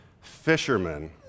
fishermen